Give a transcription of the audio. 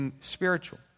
spiritual